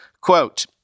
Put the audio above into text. Quote